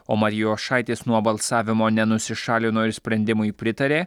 o matijošaitis nuo balsavimo nenusišalino ir sprendimui pritarė